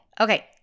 Okay